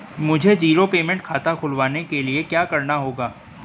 मुझे zero payment खाता खुलवाने के लिए क्या करना होगा?